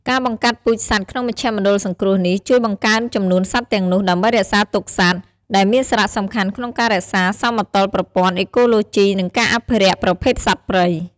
ការបង្កាត់ពូជសត្វក្នុងមជ្ឈមណ្ឌលសង្គ្រោះនេះ ជួយបង្កើនចំនួនសត្វទាំងនោះ ដើម្បីរក្សាទុកសត្វ ដែលមានសារៈសំខាន់ក្នុងការរក្សាសមតុល្យប្រព័ន្ធអេកូឡូជី និងការអភិរក្សប្រភេទសត្វព្រៃ។